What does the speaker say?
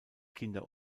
kinder